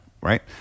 right